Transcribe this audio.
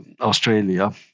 Australia